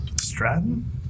Stratton